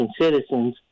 citizens